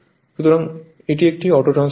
সুতরাং এটি একটি অটোট্রান্সফরমার